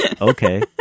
Okay